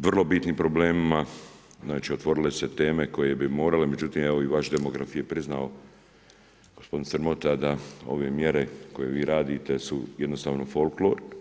vrlo bitnim problemima, znači otvorile su se teme koje bi morale, međutim evo i vaš demograf je priznao gospodin Strmota da ove mjere koje vi radite su jednostavno folklor.